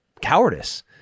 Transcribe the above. cowardice